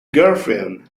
girlfriend